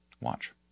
Watch